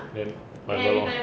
then like that lor